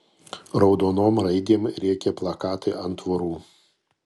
raudonom raidėm rėkė plakatai ant tvorų